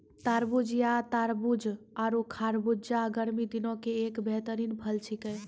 तरबूज या तारबूज आरो खरबूजा गर्मी दिनों के एक बेहतरीन फल छेकै